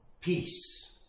peace